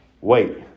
Wait